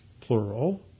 plural